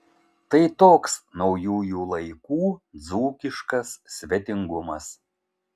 tai toks naujųjų laikų dzūkiškas svetingumas